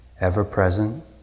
ever-present